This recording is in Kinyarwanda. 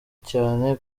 cyane